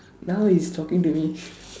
now he's talking to me